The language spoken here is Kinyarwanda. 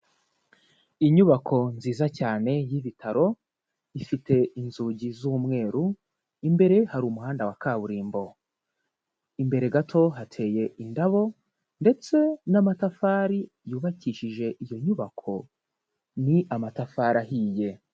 Inyubako nziza cyane y'ibitaro ifite inzugi z'umweru, imbere hari umuhanda wa kaburimbo. Imbere gato hateye indabo ndetse n'amatafari yubakishije iyo nyubako ni amatafari ahiye.